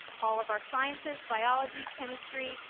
all of our sciences, biology, chemistry,